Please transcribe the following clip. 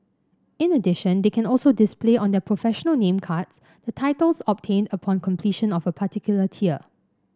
in addition they can also display on their professional name cards the titles obtained upon completion of a particular tier